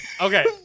Okay